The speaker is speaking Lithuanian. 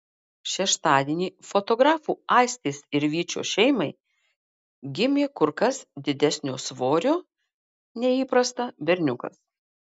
šeštadienį fotografų aistės ir vyčio šeimai gimė kur kas didesnio svorio nei įprasta berniukas